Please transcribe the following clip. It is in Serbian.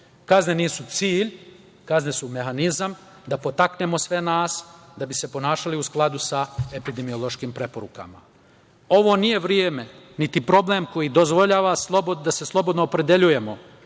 druge. Kazne nisu cilj, kazne su mehanizam da podstaknemo sve nas da se ponašamo u skladu sa epidemiološkim preporukama. Ovo nije vreme niti problem koji dozvoljava da se slobodno opredeljujemo